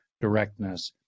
directness